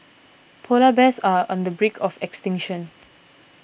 Polar Bears are on the break of extinction